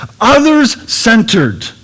others-centered